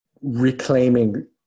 reclaiming